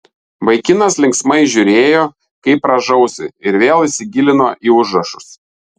vaikinas linksmai žiūrėjo kaip rąžausi ir vėl įsigilino į užrašus